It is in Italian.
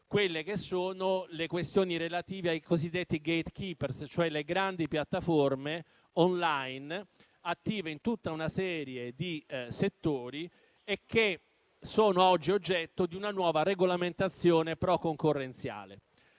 *antitrust*, le questioni relative ai cosiddetti *gatekeeper*, cioè le grandi piattaforme *online* attive in tutta una serie di settori e che sono oggi oggetto di una nuova regolamentazione pro concorrenziale.